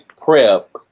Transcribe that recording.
PrEP